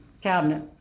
cabinet